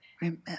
remember